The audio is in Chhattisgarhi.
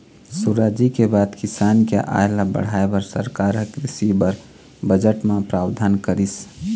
सुराजी के बाद किसान के आय ल बढ़ाय बर सरकार ह कृषि बर बजट म प्रावधान करिस